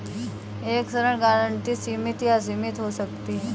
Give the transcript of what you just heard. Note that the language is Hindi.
एक ऋण गारंटी सीमित या असीमित हो सकती है